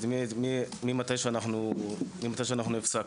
ממתי שאנחנו הפסקנו.